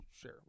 Sure